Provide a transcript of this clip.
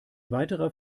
weiterer